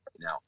now